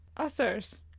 Users